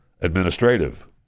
administrative